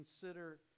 consider